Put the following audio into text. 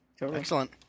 Excellent